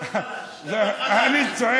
אני צועק?